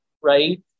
Right